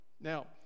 Now